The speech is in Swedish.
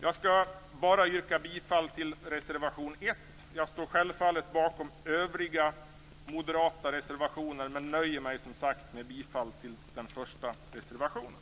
Jag skall bara yrka bifall till reservation 1. Jag står självfallet bakom övriga moderata reservationer, men nöjer mig, som sagt, med bifall till den första reservationen.